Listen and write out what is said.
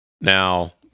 Now